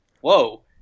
whoa